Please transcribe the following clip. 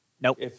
Nope